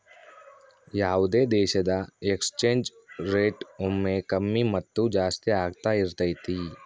ಯಾವುದೇ ದೇಶದ exchange rate ಒಮ್ಮೆ ಕಮ್ಮಿ ಮತ್ತು ಜಾಸ್ತಿ ಆಗ್ತಾ ಇರತೈತಿ